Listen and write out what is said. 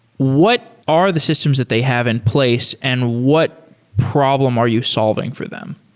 what are the systems that they have in place and what problem are you solving for them?